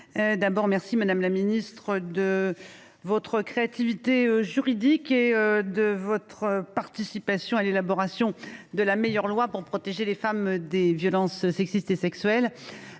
vous remercier, madame la ministre, de votre créativité juridique et de votre participation à l’élaboration de la meilleure loi possible pour protéger les femmes des violences sexistes et sexuelles.